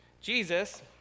Jesus